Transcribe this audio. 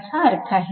असा अर्थ आहे